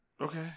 Okay